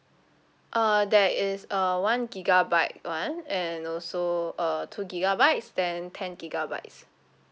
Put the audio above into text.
uh there is a one gigabyte [one] and also uh two gigabytes then ten gigabytes